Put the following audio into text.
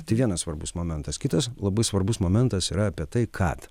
tai vienas svarbus momentas kitas labai svarbus momentas yra apie tai kad